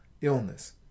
illness